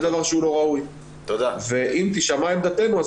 זה דבר שהוא לא ראוי ואם תישמע עמדתנו,